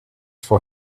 for